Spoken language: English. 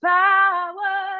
power